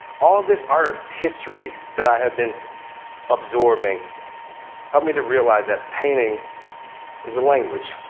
all this art history that i had been absorbing helped me to realize that painting is a language.